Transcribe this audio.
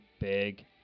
big